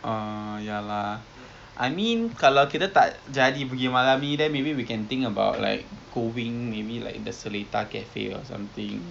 ah ya lah I mean kalau kita tak jadi pergi malam ni then maybe we can think about like going maybe like the seletar cafe or something